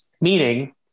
meaning